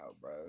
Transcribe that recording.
bro